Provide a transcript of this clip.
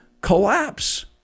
collapse